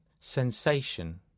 sensation